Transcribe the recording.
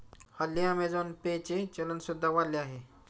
हल्ली Amazon pay चे चलन सुद्धा वाढले आहे